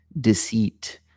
deceit